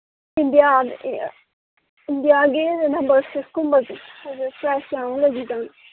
India ꯏꯟꯗꯤꯌꯥꯒꯤ number ꯁꯤꯛꯁꯀꯨꯝꯕꯁꯦ ꯍꯥꯏꯗꯤ ꯄ꯭ꯔꯥꯏꯁ ꯀꯌꯥꯃꯨꯛ ꯂꯩꯕꯤꯖꯥꯠꯅꯣ